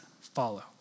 Follow